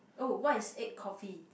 oh what is egg coffee